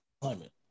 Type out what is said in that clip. climate